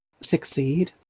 succeed